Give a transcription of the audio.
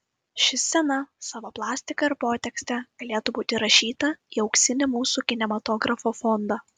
ši scena savo plastika ir potekste galėtų būti įrašyta į auksinį mūsų kinematografo fondą